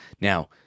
Now